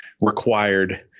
required